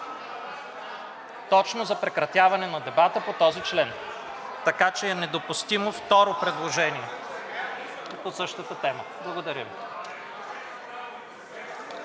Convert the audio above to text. Точно за прекратяването на дебата по този член. (Шум и реплики.) Така че е недопустимо второ предложение по същата тема. Благодаря